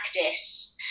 practice